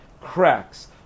cracks